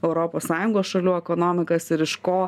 europos sąjungos šalių ekonomikas ir iš ko